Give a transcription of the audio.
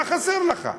מה חסר לך?